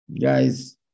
guys